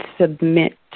submit